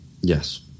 Yes